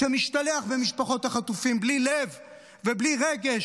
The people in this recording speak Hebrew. שמשתלח במשפחות החטופים בלי לב ובלי רגש